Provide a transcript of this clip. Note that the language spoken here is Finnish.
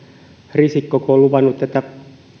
risikko on luvannut tätä